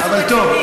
גם פוליטיקה.